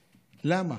למה?